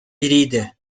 biriydi